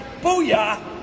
booyah